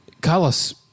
Carlos